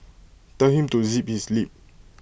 tell him to zip his lip